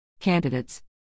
Candidates